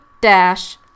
dash